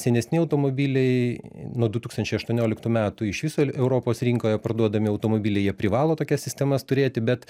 senesni automobiliai nuo du tūkstančiai aštuonioliktų metų iš viso europos rinkoje parduodami automobiliai jie privalo tokias sistemas turėti bet